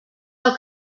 del